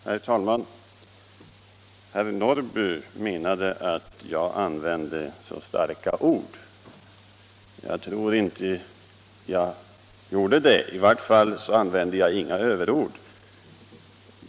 Herr talman! Herr Norrby tyckte att jag använde så starka ord. Jag tror inte att jag gjorde det. I varje fall använde jag inga överord.